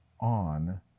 on